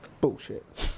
bullshit